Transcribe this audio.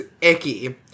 icky